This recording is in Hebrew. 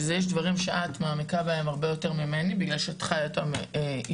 יש דברים שאת מעמיקה בהם הרבה יותר ממני בגלל שאת חיה אותם יותר,